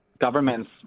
government's